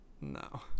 No